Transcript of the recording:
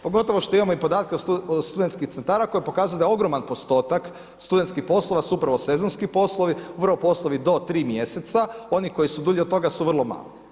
Pogotovo što imamo i podatke od studentskih centara koji pokazuju da je ogroman postotak studentskih poslova su upravo sezonski poslovi, … poslovi do 3 mjeseca, oni koji su dulji od toga su vrlo mali.